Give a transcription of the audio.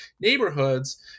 neighborhoods